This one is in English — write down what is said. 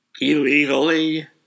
illegally